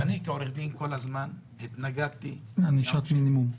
אני כעורך דין כל הזמן התנגדתי לענישת מינימום.